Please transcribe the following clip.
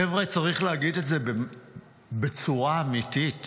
חבר'ה, צריך להגיד את זה בצורה אמיתית: